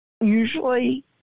usually